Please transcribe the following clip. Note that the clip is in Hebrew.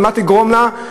ולמה תגרום לה?